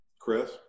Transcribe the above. Chris